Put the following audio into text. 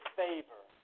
favor